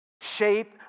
Shape